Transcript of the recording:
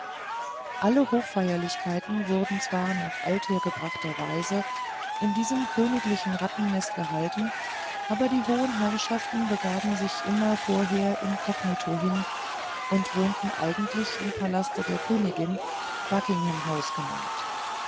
alle hoffeierlichkeiten wurden zwar nach althergebrachter weise in diesem königlichen rattenneste gehalten aber die hohen herrschaften begaben sich immer vorher incognito hin und wohnten eigentlich im palaste der königin buckingham house genannt